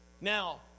now